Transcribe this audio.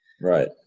Right